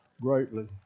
greatly